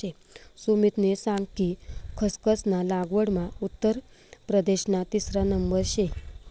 सुमितनी सांग कि खसखस ना लागवडमा उत्तर प्रदेशना तिसरा नंबर शे